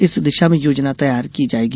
इस दिशा में योजना तैयार की जाएगी